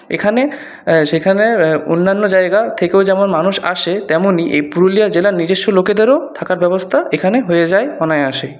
এখানে সেখানের অন্যান্য জায়গা থেকেও যেমন মানুষ আসে তেমনি এই পুরুলিয়া জেলার নিজস্ব লোকেদেরও থাকার ব্যবস্থা এখানে হয়ে যায় অনায়াসেই